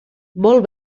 molt